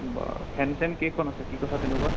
বাৰু ফেন চেন কেইখন আছে কি কথা তেনেকুৱা